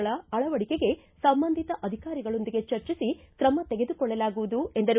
ಗಳ ಅಳವಡಿಕೆಗೆ ಸಂಬಂಧಿತ ಅಧಿಕಾರಿಗಳೊಂದಿಗೆ ಚರ್ಚಿಸಿ ಕ್ರಮ ತೆಗೆದುಕೊಳ್ಳಲಾಗುವುದು ಎಂದರು